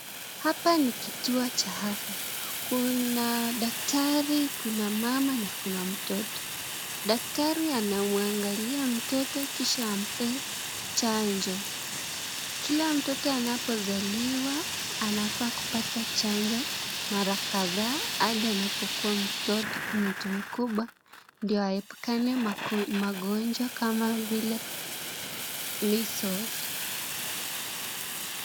Hapa ni kituo cha afya, kuna daktari kuna mama na kuna mtoto, daktari anamwaangalia mtoto kisha ambe chanjo, kila mtoto anapozaliwa anafaa kupata chanjo mara kadhaa hadi anapokuwa mtu mkubwa ndio aepukane magonjwa kama vile measles .